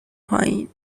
پایین